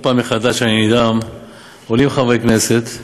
מאחר שכיום מי שמצטרף